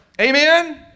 Amen